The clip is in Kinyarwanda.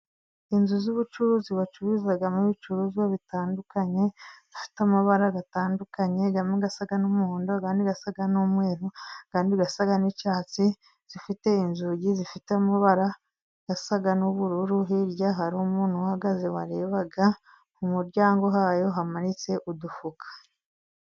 Inzu z'ubucuruzi bacuruzamo ibicuruzwa bitandukanye, zifite amabara atandukanye, amwe asa n'umuhondo, ayandi asa n'umweru, ayandi asa n'icyatsi, zifite inzugi zifite amabara asa n'ubururu, hirya hari umuntu uhagaze warebaga ku muryango wayo hamanitse udufuka.